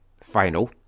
final